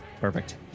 perfect